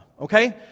okay